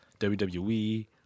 WWE